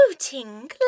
floating